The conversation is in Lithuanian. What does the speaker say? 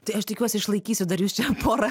tai aš tikiuosi išlaikysiu dar jus čia porą